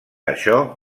això